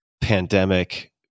pandemic